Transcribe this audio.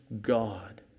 God